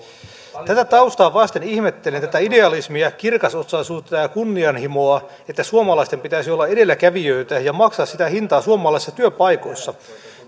tätä taustaa vasten ihmettelen tätä idealismia kirkasotsaisuutta ja ja kunnianhimoa että suomalaisten pitäisi olla edelläkävijöitä ja maksaa sitä hintaa suomalaisissa työpaikoissa